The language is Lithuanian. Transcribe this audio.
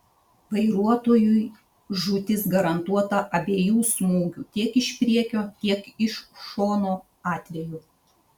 vairuotojui žūtis garantuota abiejų smūgių tiek iš priekio tiek iš šono atveju